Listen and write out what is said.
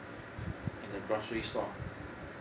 in the grocery store